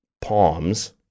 Palms